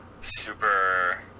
super